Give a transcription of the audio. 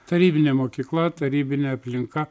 tarybinė mokykla tarybinė aplinka